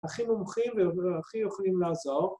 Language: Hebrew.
‫הכי נמוכים והכי יכולים לעזור.